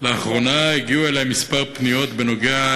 לאחרונה הגיעו אלי כמה פניות בעניין